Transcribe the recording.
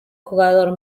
jugador